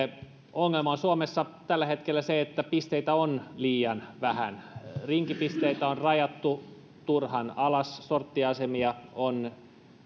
ongelma on suomessa tällä hetkellä se että pisteitä on liian vähän rinki pisteitä on rajattu turhan alas sortti asemia on